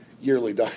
yearly